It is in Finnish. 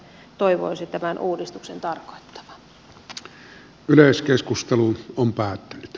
tämä emme toivoisi tämän uudistuksen tarkoittavan